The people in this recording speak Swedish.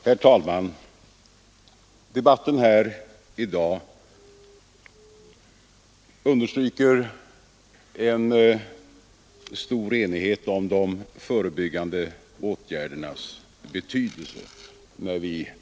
Herr talman! Debatten här i dag om abortfrågan understryker en stor enighet om de förebyggande åtgärdernas betydelse.